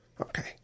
Okay